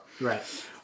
Right